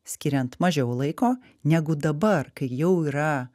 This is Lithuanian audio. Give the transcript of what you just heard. skiriant mažiau laiko negu dabar kai jau yra